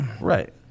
Right